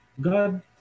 God